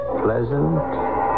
pleasant